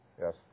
Yes